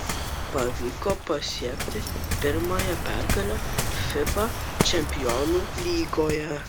pavyko pasiekti pirmąją pergalę fiba čempionų lygoje